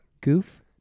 Goof